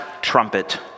trumpet